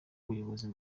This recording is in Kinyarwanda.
ubuyobozi